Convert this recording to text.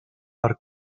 per